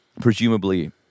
presumably